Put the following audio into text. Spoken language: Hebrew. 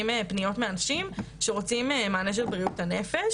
פניות מאנשים שרוצים מענה של בריאות הנפש